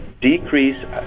decrease